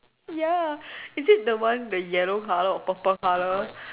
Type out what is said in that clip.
ya is it the one the yellow color or purple color